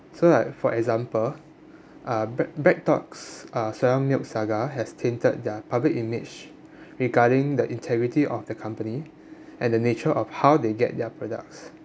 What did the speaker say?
so like for example uh bread Breadtalk's uh soya milk saga has tainted their public image regarding the integrity of the company and the nature of how they get their products